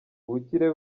ubukire